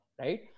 right